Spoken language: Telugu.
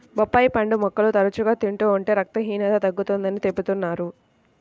బొప్పాయి పండు ముక్కలు తరచుగా తింటూ ఉంటే రక్తహీనత తగ్గుతుందని చెబుతున్నారు